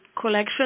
collection